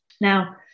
Now